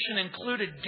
included